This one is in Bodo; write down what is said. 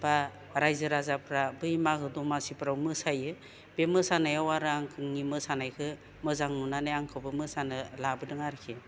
बा रायजो राजाफ्रा बै मागो दमासिफ्राव मोसायो बे मोसानायाव आरो आंनि मोसानायखौ मोजां नुनानै आंखौबो मोसानो लाबोदों आरोखि